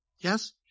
yes